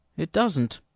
it doesn't.